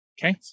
Okay